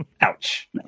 ouch